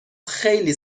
خیلی